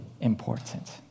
important